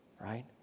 right